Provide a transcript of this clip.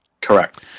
correct